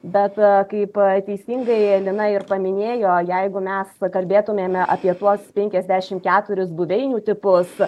bet kaip teisingai lina ir paminėjo jeigu mes pakalbėtumėme apie tuos penkiasdešimt keturis buveinių tipus